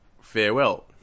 farewell